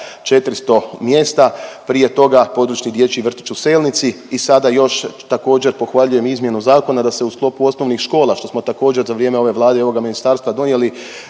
400 mjesta. Prije toga, područni dječji vrtić u Selnici i sada još također, pohvaljujem izmjenu zakona da se u sklopu osnovnih škola, što smo također, za vrijeme ove Vlade i ovoga ministarstva donijeli,